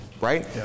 right